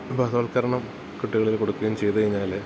ബോധവൽക്കരണം കുട്ടികളിൽ കൊടുക്കുകയും ചെയ്തുകഴിഞ്ഞാല്